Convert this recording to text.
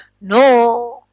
No